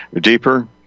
deeper